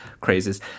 crazes